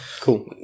cool